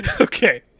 Okay